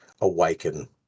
awaken